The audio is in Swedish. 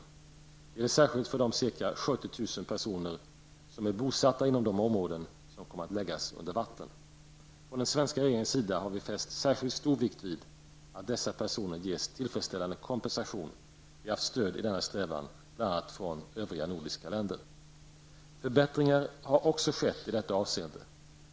Det gäller särskilt för de ca 70 000 personer som är bosatta inom de områden som kommer att läggas under vatten. Från den svenska regeringens sida har vi fäst särskilt stor vikt vid att dessa personer ges tillfredsställande kompensation. Vi har haft stöd i denna strävan bl.a. från övriga nordiska länder. Förbättringar har också skett i detta avseende.